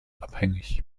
abhängig